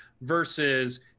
versus